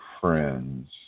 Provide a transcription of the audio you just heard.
friends